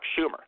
Schumer